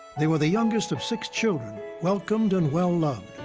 they were the youngest of six children, welcomed and well loved.